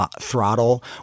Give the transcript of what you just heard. throttle